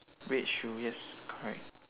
red shoe yes correct